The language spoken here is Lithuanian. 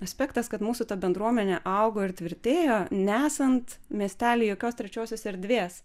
aspektas kad mūsų ta bendruomenė augo ir tvirtėjo nesant miestely jokios trečiosios erdvės